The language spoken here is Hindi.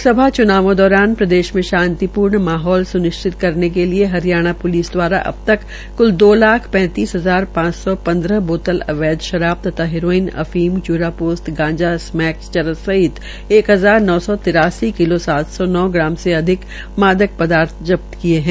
लोकसभा च्नावों दौरान प्रदेश में शांतिपूर्ण माहौल स्निश्चित करने के लिये हरियाणा प्लिस द्वारा अब तक क्ल दो लोख पैंतीस हजार पांच सौ पन्द्रह बोतल अवैध शराब तथा हेरोइन अफीम चूरापोस्त गांजा स्मैक चरस सहित एक हजार नौ सौ तिरासी किलो सात सौ ग्राम से अधिक मादक पदार्थ जब्त किया है